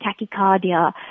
tachycardia